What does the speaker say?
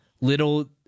little